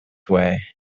way